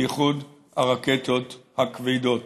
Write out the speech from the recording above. בייחוד של הרקטות הכבדות.